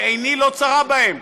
ועיני לא צרה בהם,